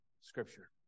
Scripture